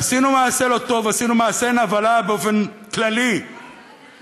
עשינו מעשה לא טוב, עשינו נבלה באופן כללי למדינה.